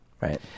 Right